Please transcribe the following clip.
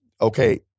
Okay